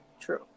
true